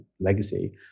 legacy